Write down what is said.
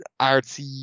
artsy